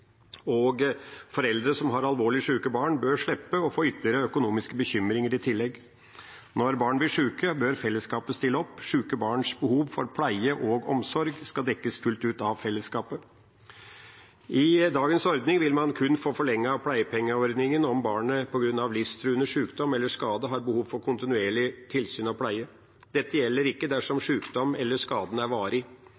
og foreldre som har alvorlig syke barn, bør slippe å få ytterligere økonomiske bekymringer i tillegg. Når barn blir syke, bør fellesskapet stille opp. Syke barns behov for pleie og omsorg skal dekkes fullt ut av fellesskapet. I dagens ordning vil man kun få forlenget pleiepengeordningen om barnet på grunn av livstruende sykdom eller skade har behov for kontinuerlig tilsyn og pleie. Dette gjelder ikke dersom